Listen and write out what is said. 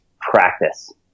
Practice